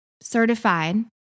certified